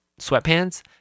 sweatpants